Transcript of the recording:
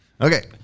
Okay